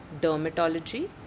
dermatology